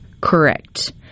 Correct